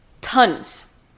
tons